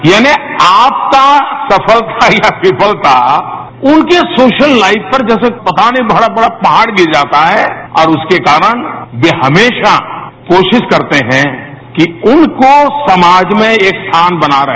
यानि आपका सफलता या विफलता उनके सोशल लाइफ पर जैसे पता नहीं बहत बड़ा पहाड़ गिर जाता है और उसके कारणे ये हमेशा कोशिरा करते हैं कि उनको समाज में एक स्थान बना रहे